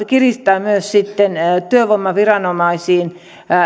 kiristää myös sitten työvoimaviranomaisiin